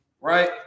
right